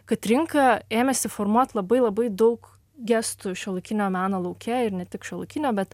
kad rinka ėmėsi formuoti labai labai daug gestų šiuolaikinio meno lauke ir ne tik šiuolaikinio bet